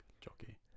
jockey